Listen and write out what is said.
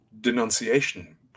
denunciation